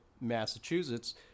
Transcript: Massachusetts